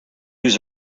use